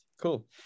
cool